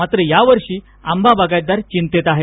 मात्र यावर्षी आंबा बागायतदार चिंतेत आहे